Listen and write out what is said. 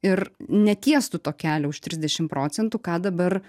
ir netiestų to kelio už trisdešim procentų ką dabar